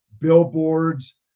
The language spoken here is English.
billboards